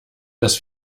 das